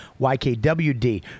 YKWD